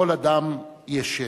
לכל אדם יש שם,